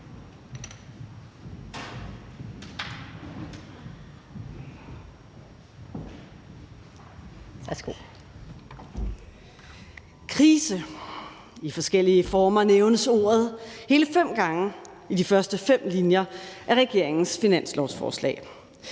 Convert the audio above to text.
Krise – i forskellige former nævnes ordet hele fem gange i de første fem linjer af regeringens finanslovsforslag.